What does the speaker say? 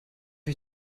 ich